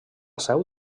seu